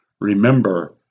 Remember